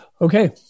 Okay